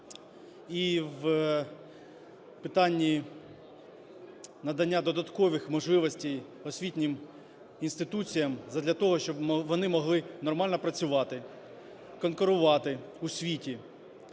і в питанні надання додаткових можливостей освітнім інституціям задля того, щоб вони могли нормально працювати, конкурувати у світі.